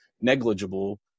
negligible